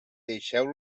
deixeu